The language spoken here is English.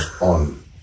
on